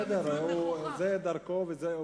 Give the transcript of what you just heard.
בסדר, זו דרכו וזו אמונתו,